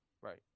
Right